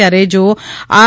ત્યારે જો આર